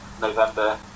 November